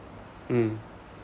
mm